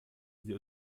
sie